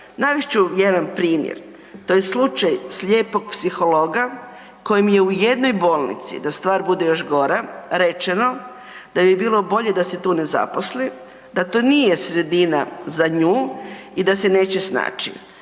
Navest ću jedan primjer. To je slučaj slijepog psihologa kojem je u jednoj bolnici da stvar bude još gora, rečeno da bi bilo bolje da se tu ne zaposli, da to nije sredina za nju i da se neće snaći.